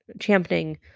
championing